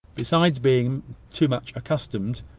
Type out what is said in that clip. besides being too much accustomed,